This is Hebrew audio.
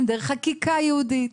אם דרך חקיקה ייעודית